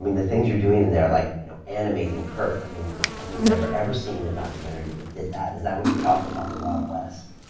i mean the things you're doing there, like you know animating kurt, i mean i don't remember ever seeing a documentary that did that. is that what you're talking about, the wild west?